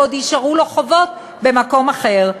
כי עוד יישארו לו חובות במקום אחר.